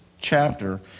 chapter